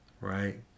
right